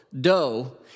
dough